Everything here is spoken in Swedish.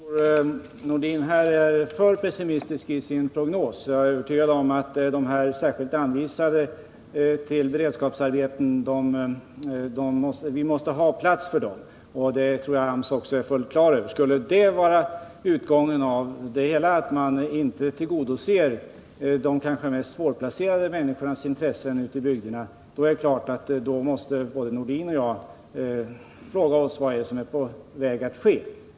Herr talman! Jag tror att Sven-Erik Nordin är för pessimistisk i sin prognos. Det måste finnas plats för de till beredskapsarbeten särskilt anvisade. Det tror jag att AMS också är fullt klar över. Skulle utgången av det hela bli den att man inte tillgodoser de intressen som de kanske mest svårplacerade människorna ute i bygderna har är det klart att både Sven-Erik Nordin och jag måste fråga oss vad som är på väg att ske.